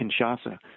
Kinshasa